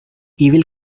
evil